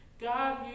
God